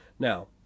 Now